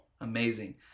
amazing